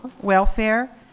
welfare